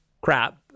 crap